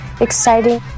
exciting